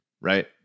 right